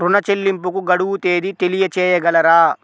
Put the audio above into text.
ఋణ చెల్లింపుకు గడువు తేదీ తెలియచేయగలరా?